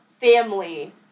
family